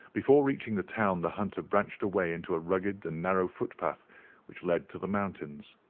before reaching the town the hunter branched away into a rugged and narrow footpath which led to the mountains.